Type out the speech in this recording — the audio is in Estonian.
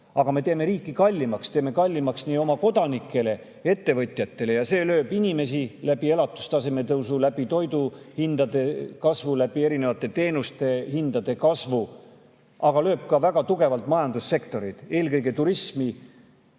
Me teeme riiki kallimaks, teeme kallimaks nii oma kodanikele kui ka ettevõtjatele. Ja see lööb inimesi läbi elatustaseme tõusu, läbi toiduhindade kasvu, läbi erinevate teenuste hindade kasvu, aga lööb väga tugevalt ka majandussektoreid, eelkõige turismi,